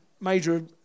Major